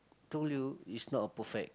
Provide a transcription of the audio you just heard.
told you is not a perfect